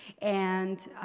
and